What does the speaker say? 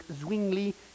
Zwingli